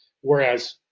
Whereas